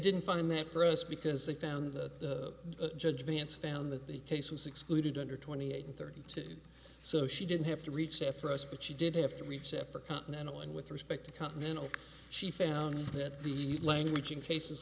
didn't find that for us because they found that the judge vance found that the case was excluded under twenty eight and thirty stated so she didn't have to reach to first but she did have to reach out for continental and with respect to continental she found that the language in cases